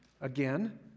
again